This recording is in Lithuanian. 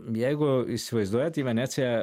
jeigu įsivaizduojat į veneciją